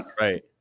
Right